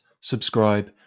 subscribe